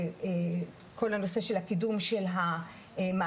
כל הנושא של הקידום של המאגר,